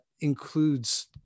includes